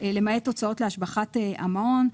למעט הוצאות להשבחת המעון.